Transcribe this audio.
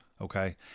okay